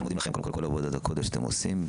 אנחנו מודים לכם על כל עבודת הקודש שאתם עושים.